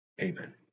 Amen